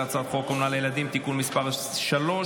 הצעת חוק אומנה לילדים (תיקון מס' 3),